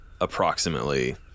approximately